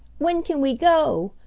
when can we go?